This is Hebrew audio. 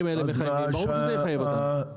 והדברים האלה מחייבים, ברור שזה יחייב אותנו.